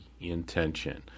intention